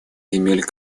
земель